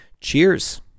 cheers